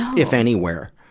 if anywhere?